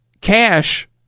cash